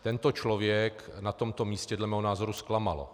Tento člověk na tomto místě dle mého názoru zklamal.